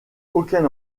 aucun